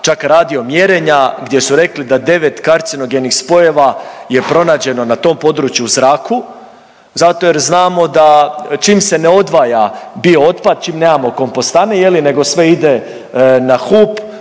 čak radio mjerenja gdje su rekli da 9 kancerogenih spojeva je pronađeno na tom području u zraku zato jer znamo da čim se ne odvaja bio otpad, čim nemamo kompostane je li, nego sve ide na hup,